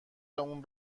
اون